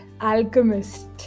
alchemist